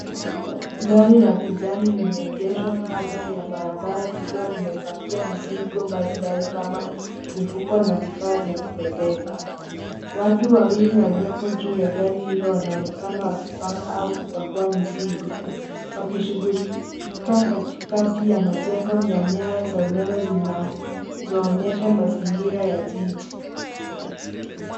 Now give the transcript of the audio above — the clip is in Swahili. Gari la kijani limeegeshwa kando ya barabara likiwa limepakia mizigo mbalimbali kama mifuko na vifaa vya kubebeka. Watu wawili waliopo juu ya gari hilo wanaonekana wakipanga au kupakua mizigo, wakishughulika katikati ya majengo na nyaya za umeme zinazoonyesha mazingira ya jiji.